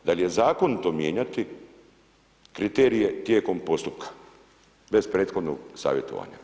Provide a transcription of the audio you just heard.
Da li je zakonito mijenjati kriterije tijekom postupka, bez prethodnog savjetovanja?